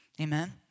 Amen